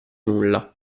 nulla